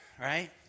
right